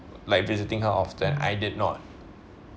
like visiting how often I did not